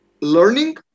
Learning